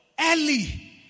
Early